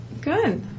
Good